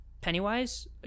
Pennywise